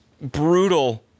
brutal